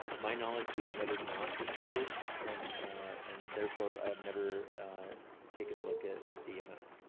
ah to my knowledge, we have never not distribute it, and and therefore, i have never taken a look at the amount.